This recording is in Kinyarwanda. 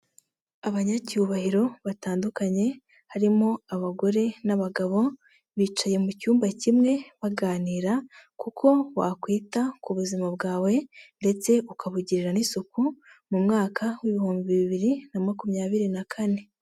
Abanyacyubahiro batandukanye harimo abagore n'abagabo, bicaye mu cyumba kimwe baganira kuko wakwita ku buzima bwawe ndetse ukabugirira n'isuku mu mwaka w'ibihumbi bibiri na makumyabiri na kane.